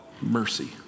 mercy